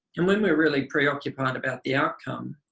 and when we're really preoccupied about the outcome